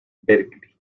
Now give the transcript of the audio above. berkeley